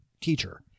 teacher